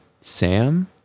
Sam